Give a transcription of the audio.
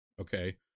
okay